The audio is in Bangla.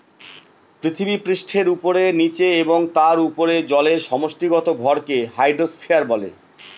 পৃথিবীপৃষ্ঠের উপরে, নীচে এবং তার উপরে জলের সমষ্টিগত ভরকে হাইড্রোস্ফিয়ার বলে